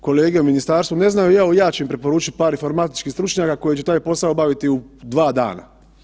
Ako kolege u ministarstvu ne znaju, evo ja ću im preporučiti par informatičkih stručnjaka koji će taj posao obaviti u 2 dva dana.